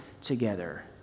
together